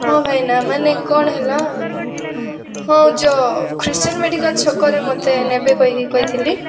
ହଁ ଭାଇନା ମାନେ କ'ଣ ହେଲା ହଁ ଯୋ କ୍ରିଷ୍ଟିଆନ୍ ମେଡିକାଲ୍ ଛକରେ ମୋତେ ନେବେ କହିକି କହିଥିଲି